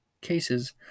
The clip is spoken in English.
cases